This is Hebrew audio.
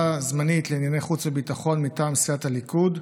הזמנית לענייני חוץ וביטחון: מטעם סיעת הליכוד,